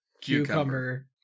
Cucumber